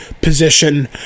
position